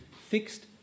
fixed